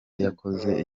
yakoze